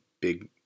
big